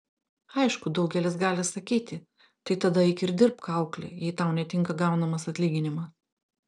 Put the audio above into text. aišku daugelis gali sakyti tai tada eik ir dirbk aukle jei tau netinka gaunamas atlyginimas